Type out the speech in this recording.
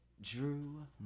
Drew